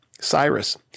Cyrus